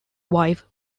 wife